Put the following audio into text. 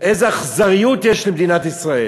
איזו אכזריות של מדינת ישראל,